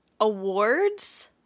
awards